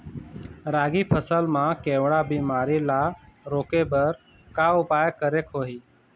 रागी फसल मा केवड़ा बीमारी ला रोके बर का उपाय करेक होही?